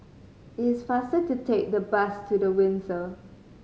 it is faster to take the bus to The Windsor